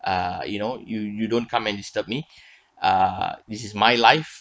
uh you know you you don't come and disturb me uh this is my life